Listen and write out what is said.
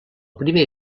primer